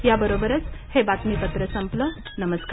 या बरोबरच हे बातमीपत्र संपलं नमस्कार